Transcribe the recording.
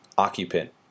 occupant